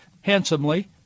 handsomely